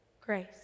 grace